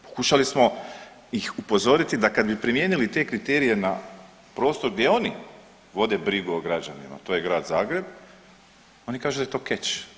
Pokušali smo ih upozoriti da kad bi primijenili te kriterije na prostor gdje oni vode brigu o građanima, a to je grad Zagreb oni kažu da je to keč.